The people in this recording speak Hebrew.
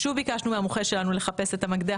שוב ביקשנו מהמומחה שלנו לחפש את המקדח